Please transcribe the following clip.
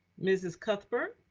mrs. cuthbert.